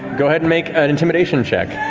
go ahead and make an intimidation check.